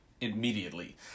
immediately